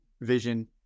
vision